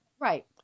Right